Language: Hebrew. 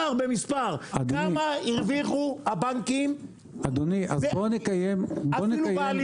"הגבלת עמלה בעד טיפול בבקשה להלוואה לדיור 57ב. (א)בעד טיפול בבקשה